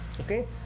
Okay